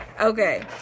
Okay